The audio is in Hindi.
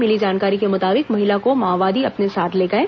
मिली जानकारी के मुताबिक महिला को माओवादी अपने साथ ले गए हैं